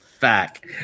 back